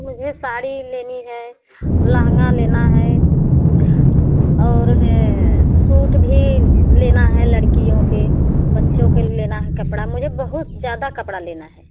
मुझे साड़ी लेनी है लहंगा लेना है और हैं सूट भी लेना है लडकियों के बच्चों के लेना है कपड़े मेरे बहुत ज़्यादा कपड़ा लेना है